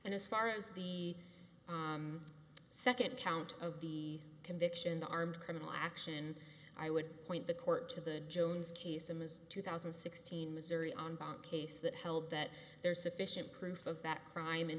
and as far as the second count of the conviction the armed criminal action i would point the court to the jones case and has two thousand and sixteen missouri on bond case that held that there is sufficient proof of that crime in